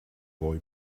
boy